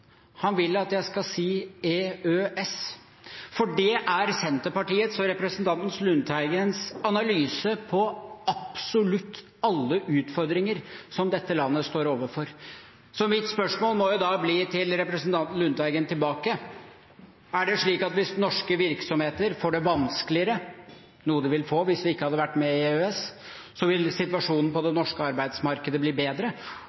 Han vil at jeg skal si EØS, for det er Senterpartiets og representanten Lundteigens svar på absolutt alle utfordringer som dette landet står overfor. Så mitt spørsmål tilbake til representanten Lundteigen må da bli: Er det slik at hvis norske virksomheter får det vanskeligere – noe de ville fått hvis vi ikke hadde vært med i EØS – vil situasjonen på det norske arbeidsmarkedet bli bedre?